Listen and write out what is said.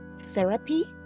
therapy